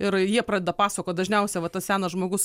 ir jie pradeda pasakot dažniausia vat tas senas žmogus